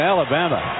Alabama